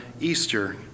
Easter